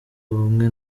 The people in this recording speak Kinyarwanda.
ubumwe